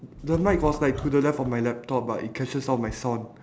the mic was like to the left of my laptop but it catches all my sound